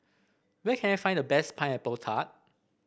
where can I find the best Pineapple Tart